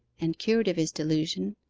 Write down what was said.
and cured of his delusion,